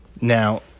Now